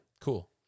cool